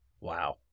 Wow